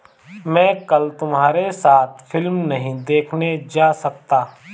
मैं कल तुम्हारे साथ फिल्म नहीं देखने जा सकता